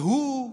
והוא טס.